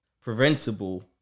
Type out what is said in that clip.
preventable